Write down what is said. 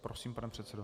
Prosím, pane předsedo.